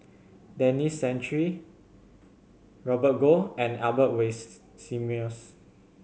Denis Santry Robert Goh and Albert